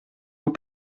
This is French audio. vous